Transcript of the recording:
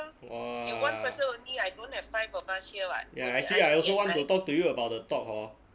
!wah! ya actually I also want to talk to you about the talk hor